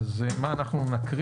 נקריא